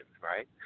right